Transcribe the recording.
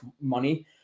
money